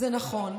זה נכון,